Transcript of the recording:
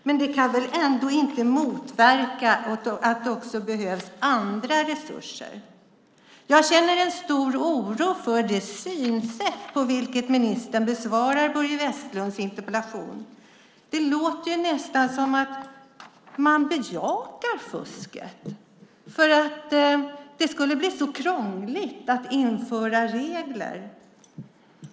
Men det kan väl ändå inte motverka att det också behövs andra resurser. Jag känner en stor oro för det synsätt som framkommer i ministerns sätt att besvara Börje Vestlunds interpellation. Det låter nästan som att man bejakar fusket eftersom det skulle bli så krångligt att införa regler.